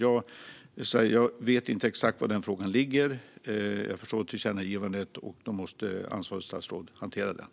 Jag vet inte exakt var den frågan ligger nu. Jag förstår tillkännagivandet, och det är ansvarigt statsråd som måste hantera frågan.